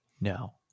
No